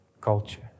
culture